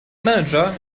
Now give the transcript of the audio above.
manager